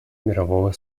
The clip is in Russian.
мирового